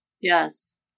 Yes